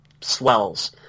swells